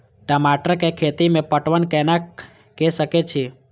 टमाटर कै खैती में पटवन कैना क सके छी?